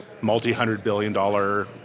multi-hundred-billion-dollar